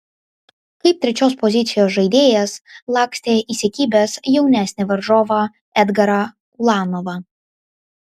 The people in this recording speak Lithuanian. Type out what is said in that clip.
kaip trečios pozicijos žaidėjas lakstė įsikibęs jaunesnį varžovą edgarą ulanovą